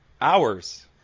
hours